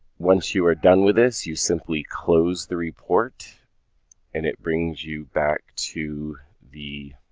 once you are done with this, you simply close the report and it brings you back to the